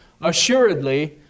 Assuredly